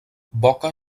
boca